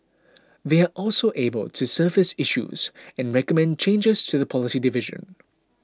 they are also able to surface issues and recommend changes to the policy division